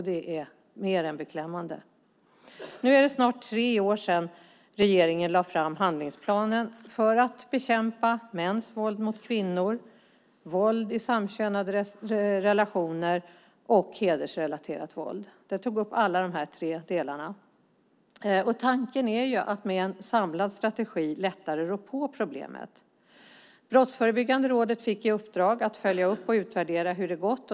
Det är mer än beklämmande. Nu är det snart mer än tre år sedan regeringen lade fram handlingsplanen för att bekämpa mäns våld mot kvinnor, våld i samkönade relationer och hedersrelaterat våld. Alla de tre delarna togs upp där. Tanken är att man med en samlad strategi lättare rår på problemet. Brottsförebyggande rådet fick i uppdrag att följa upp detta och utvärdera hur det har gått.